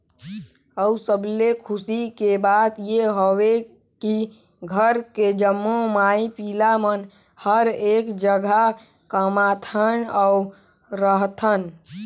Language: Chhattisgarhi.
अउ सबले खुसी के बात ये हवे की घर के जम्मो माई पिला मन हर एक जघा कमाथन अउ रहथन